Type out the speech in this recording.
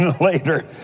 later